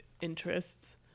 interests